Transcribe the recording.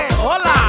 Hola